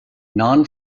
non